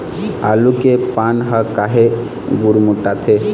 आलू के पान हर काहे गुरमुटाथे?